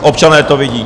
... občané to vidí!